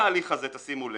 בכל ההליך הזה, שימו לב,